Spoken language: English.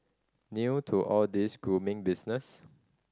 new to all this grooming business